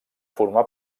formar